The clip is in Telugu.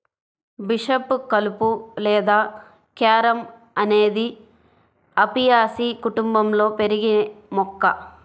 బిషప్ కలుపు లేదా క్యారమ్ అనేది అపియాసి కుటుంబంలో పెరిగే మొక్క